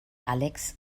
alex